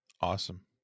Awesome